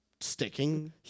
sticking